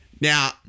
Now